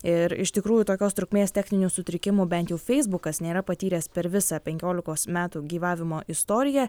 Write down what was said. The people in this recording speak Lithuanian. ir iš tikrųjų tokios trukmės techninių sutrikimų bent jau feisbukas nėra patyręs per visą penkiolikos metų gyvavimo istoriją